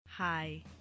Hi